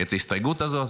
את ההסתייגות הזאת.